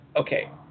okay